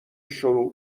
شروع